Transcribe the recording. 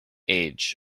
age